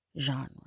genre